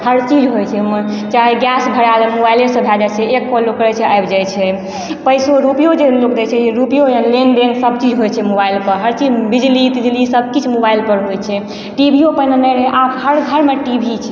हर चीज होइ छै चाहय गैस भरा लेलहुँ मोबाइलेसँ भए जाइ छै एक फोन लोक करय छै आबि जाइ छै पैसो रुपैओ जे लोक दै छै रुपैओ लेनदेन सब चीज होइ छै मोबाइलपर हर चीज बिजली तिजली सब किछु मोबाइलपर होइ छै टी वी यो पहिने नहि रहय आब हर घरमे टी वी छै